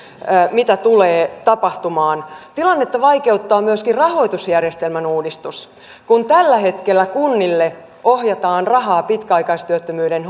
mitä tulee tapahtumaan tilannetta vaikeuttaa myöskin rahoitusjärjestelmän uudistus kun tällä hetkellä kunnille ohjataan rahaa pitkäaikaistyöttömyyden